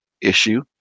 issue